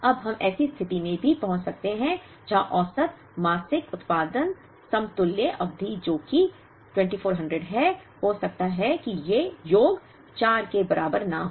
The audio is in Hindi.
अब हम ऐसी स्थिति में भी पहुँच सकते हैं जहाँ औसत मासिक उत्पादन समतुल्य अवधि जो कि 2400 है हो सकता है कि ये योग 4 के बराबर न हो